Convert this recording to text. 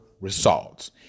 results